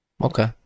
Okay